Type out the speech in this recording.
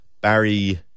Barry